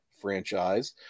franchise